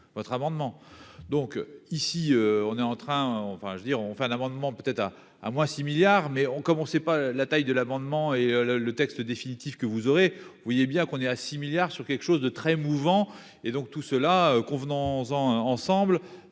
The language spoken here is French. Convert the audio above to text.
votre amendement donc ici on est en train, enfin je veux dire on fait un amendement peut-être à à moins 6 milliards mais on comme on sait pas la taille de l'amendement et le le texte définitif que vous aurez, vous voyez bien qu'on est à 6 milliards sur quelque chose de très émouvant et donc tout cela convenant ensemble